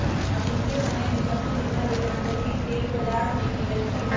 अखनिके समय में सबसे निम्मन रिटर्न जामिनके बजार में मिलइ छै